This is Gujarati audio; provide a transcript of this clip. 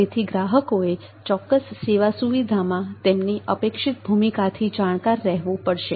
તેથી ગ્રાહકોએ ચોક્કસ સેવા સુવિધામાં તેમની અપેક્ષિત ભૂમિકાથી જાણકાર રહેવું પડશે